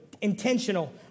intentional